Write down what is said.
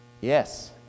Yes